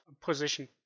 position